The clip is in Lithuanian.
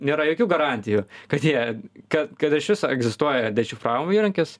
nėra jokių garantijų kad jie ka kad iš viso egzistuoja dešifravo įrankis